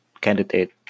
candidate